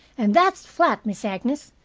and that's flat, miss agnes,